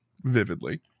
vividly